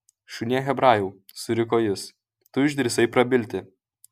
šunie hebrajau suriko jis tu išdrįsai prabilti